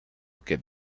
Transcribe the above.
que